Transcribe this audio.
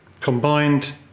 Combined